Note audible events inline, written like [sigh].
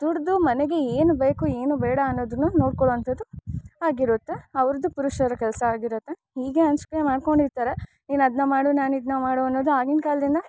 ದುಡಿದು ಮನೆಗೆ ಏನು ಬೇಕು ಏನು ಬೇಡ ಅನ್ನೋದನ್ನ ನೋಡ್ಕೊಳ್ಳುವಂಥದ್ದು ಆಗಿರುತ್ತೆ ಅವ್ರದ್ದು ಪುರುಷರ ಕೆಲಸ ಆಗಿರುತ್ತೆ ಹೀಗೆ [unintelligible] ಮಾಡಿಕೊಂಡಿರ್ತಾರೆ ನೀನು ಅದನ್ನ ಮಾಡು ನಾನು ಇದನ್ನ ಮಾಡು ಅನ್ನೋದು ಆಗಿನ ಕಾಲದಿಂದ